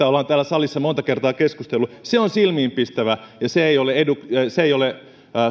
olemme täällä salissa monta kertaa keskustelleet on silmiinpistävä ja se ei ole